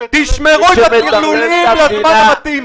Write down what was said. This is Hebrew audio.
תשמרו את הטרלולים לזמן המתאים.